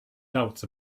doubts